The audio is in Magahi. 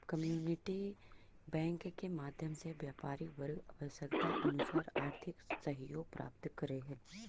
कम्युनिटी बैंक के माध्यम से व्यापारी वर्ग आवश्यकतानुसार आर्थिक सहयोग प्राप्त करऽ हइ